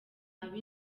abo